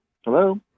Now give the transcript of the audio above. Hello